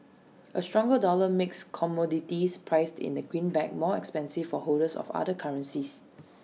A stronger dollar makes commodities priced in the greenback more expensive for holders of other currencies